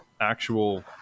actual